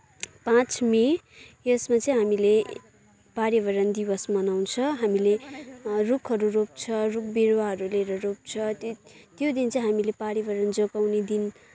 पाँच मई यसमा चाहिँ हामीले पर्यावरण दिवस मनाउँछ हामीले रूखहरू रोप्छ रूख बिरूवाहरू ल्याएर रोप्छ त्यो दिन चाहिँ हामीले पर्यावरण जोगाउने दिन